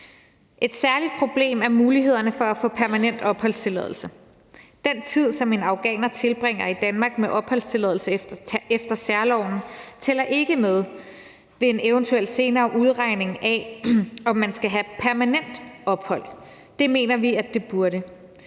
Et særligt problem er mulighederne for at få permanent opholdstilladelse. Den tid, som en afghaner tilbringer i Danmark med opholdstilladelse efter særloven, tæller ikke med ved en eventuel senere udregning af, om man skal have permanent ophold. Det mener vi det burde.